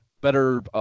better